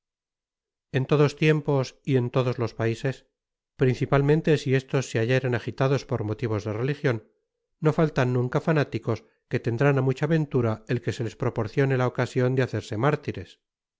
en todos tiempos y en todos los paises principalmente si estos se hallaren agitados por motivos de religion no faltan nunca fanáticos que tendrán á mucha ventura el que se les proporcione la ocasion de hacerse mártires